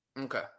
Okay